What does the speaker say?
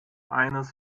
eines